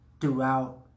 throughout